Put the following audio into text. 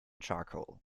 charcoal